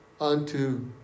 unto